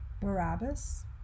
Barabbas